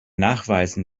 nachweisen